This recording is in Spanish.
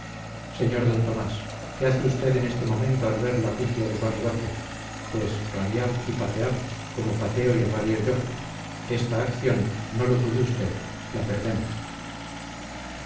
sr d tomás qué hace usted en este momento al ver la pifia de su amigote pues rabiar y patear como pateo y rabio yo esta acción no lo dude usted la perdemos